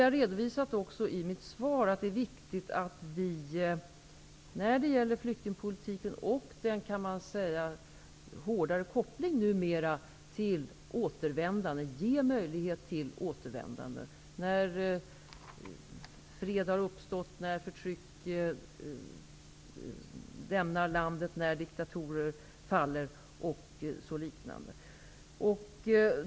Jag har också i mitt svar redovisat att det är viktigt att flyktingpolitiken hårdare kopplas till att ge möjlighet till återvändande när fred har uppstått, när förtrycket lämnar landet, när diktatorer faller och liknande.